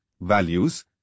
values